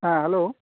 হ্যাঁ হ্যালো